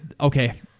Okay